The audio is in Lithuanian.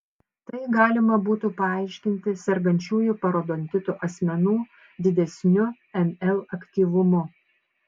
tai galima būtų paaiškinti sergančiųjų parodontitu asmenų didesniu nl aktyvumu